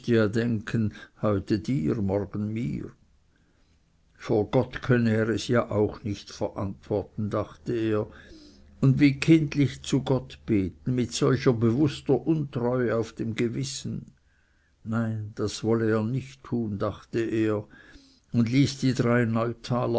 heute dir morgen mir vor gott könnte er es ja auch nicht verantworten dachte er und wie kindlich zu gott beten mit solcher bewußter untreue auf dem gewissen nein das wolle er nicht tun dachte er und ließ die drei neutaler